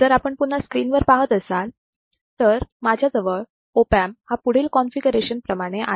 जर आपण पुन्हा स्क्रीन वर पाहत असाल तर माझ्याजवळ ऑप एमप हा पुढील कॉन्फिगरेशन प्रमाणे आहे